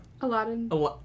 Aladdin